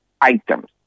items